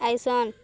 ଆଇସନ୍